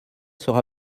sera